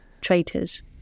Traitors